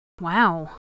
Wow